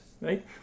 right